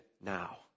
now